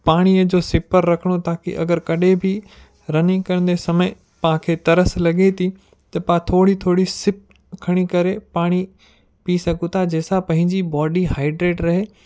पाणीअ जो सिपर रखणो ताकी अगरि कॾहिं बि रनिंग कंदे समय पाणखे तरस लॻे थी त पाण थोरी थोरी सिप खणी करे पाणी पी सघूं था जंहिंसां पंहिंजी बॉडी हाइड्रेड रहे